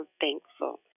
Thankful